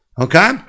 Okay